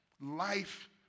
life